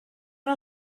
nhw